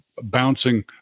Bouncing